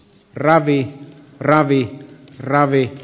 ravi ravit ravit